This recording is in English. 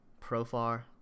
Profar